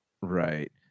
Right